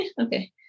okay